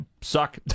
suck